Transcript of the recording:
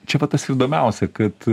čia va tas ir įdomiausia kad